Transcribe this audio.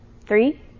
Three